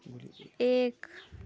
एक